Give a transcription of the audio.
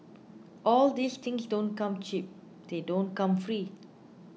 all these things don't come cheap they don't come free